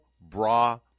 bra